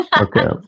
Okay